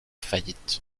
faillite